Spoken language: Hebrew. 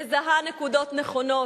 מזהה נקודות נכונות,